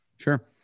Sure